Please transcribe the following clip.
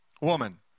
woman